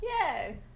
Yay